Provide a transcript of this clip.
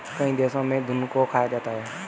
कई देशों में घुन को खाया जाता है